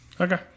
Okay